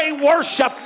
worship